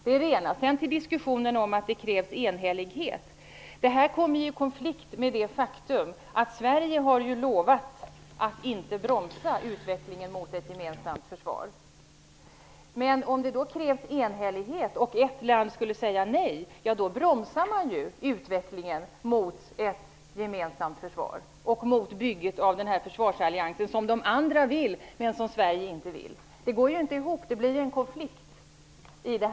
Jag vill också gå in på diskussionen om att det krävs enhällighet. Detta kommer i konflikt med det faktum att Sverige har lovat att inte bromsa utvecklingen mot ett gemensamt försvar. Men om det krävs enhällighet och ett land skulle säga nej, bromsar det ju utvecklingen mot ett gemensamt försvar och uppbyggandet av den försvarsallians som de andra men inte Sverige vill ha. Detta går inte ihop, utan en konflikt uppstår.